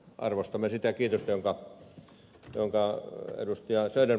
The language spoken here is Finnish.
arvostamme sitä kiitosta jonka esitti ed